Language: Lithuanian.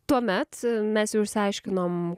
tuomet mes jau išsiaiškinom